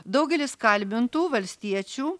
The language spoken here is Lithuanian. daugelis kalbintų valstiečių